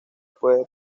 puede